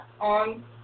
on